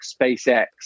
SpaceX